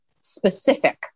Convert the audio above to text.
specific